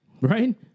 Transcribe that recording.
right